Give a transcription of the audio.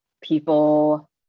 people